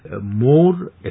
more